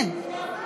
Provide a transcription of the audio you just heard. אקרא